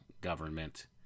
government